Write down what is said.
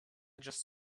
just